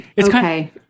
Okay